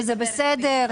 וזה בסדר,